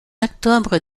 octobre